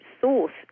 source